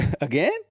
again